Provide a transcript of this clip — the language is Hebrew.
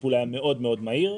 הטיפול היה מאוד מאוד מהיר.